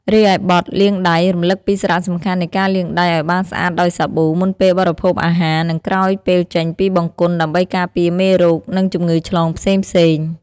រីឯបទ "លាងដៃ" រំលឹកពីសារៈសំខាន់នៃការលាងដៃឲ្យបានស្អាតដោយសាប៊ូ មុនពេលបរិភោគអាហារ និងក្រោយពេលចេញពីបង្គន់ ដើម្បីការពារមេរោគ និងជំងឺឆ្លងផ្សេងៗ។